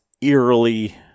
eerily